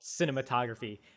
cinematography